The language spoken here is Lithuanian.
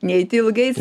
neiti ilgais